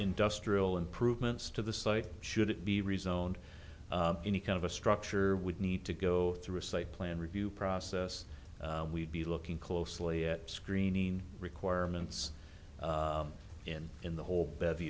industrial improvements to the site should it be rezoned any kind of a structure would need to go through a site plan review process we'd be looking closely at screening requirements and in the whole b